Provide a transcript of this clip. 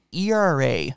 ERA